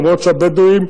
אפילו שהבדואים,